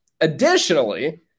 Additionally